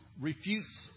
refutes